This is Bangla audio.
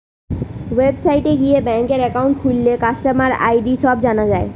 ওয়েবসাইটে গিয়ে ব্যাঙ্ক একাউন্ট খুললে কাস্টমার আই.ডি সব জানা যায়